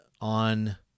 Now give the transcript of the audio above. on